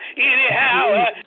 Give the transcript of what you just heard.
anyhow